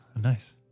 Nice